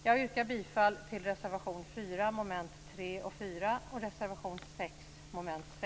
Jag yrkar bifall till reservation 4 under mom. 3